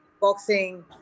Boxing